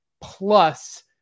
Plus